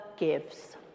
Gives